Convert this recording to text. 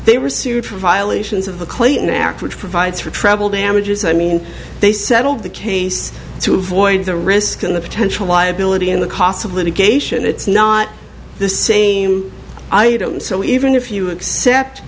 they were sued for violations of the clean air act which provides for treble damages i mean they settled the case to avoid the risk and the potential liability in the costs of litigation it's not the same items so even if you accept